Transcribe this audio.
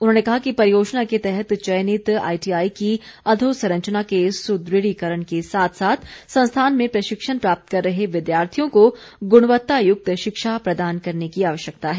उन्होंने कहा कि परियोजना के तहत चयनित आईटीआई की अधोसंरचना के सुदृढ़ीकरण के साथ साथ संस्थान में प्रशिक्षण प्राप्त कर रहे विद्यार्थियों को गुणवत्ता युक्त शिक्षा प्रदान करने की आवश्यकता है